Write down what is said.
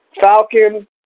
Falcon